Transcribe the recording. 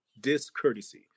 discourtesy